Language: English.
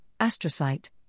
astrocyte